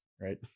right